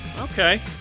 Okay